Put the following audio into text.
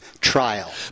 Trial